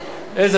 איזה עשירים?